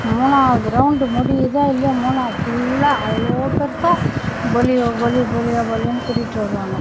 மூணாவது ரவுண்டு முடியுதோ இல்லையோ மூணாவது ஃபுல்லாக அவ்வளோ பெருசாக பொலியோ பொலி பொலியோ பொலியோன்னு கூட்டிகிட்டு வருவாங்கோ